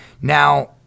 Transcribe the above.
now